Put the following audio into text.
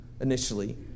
initially